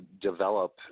develop